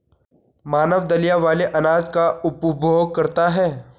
मानव दलिया वाले अनाज का उपभोग करता है